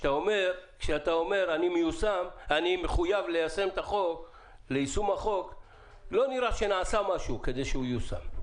כשאתה אומר שאתה מחויב ליישום החוק לא נראה שנעשה משהו כדי שהוא ייושם.